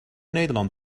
nederland